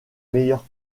meilleures